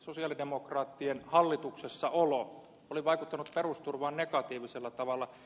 sosialidemokraattien hallituksessaolo oli vaikuttanut perusturvaan negatiivisella tavalla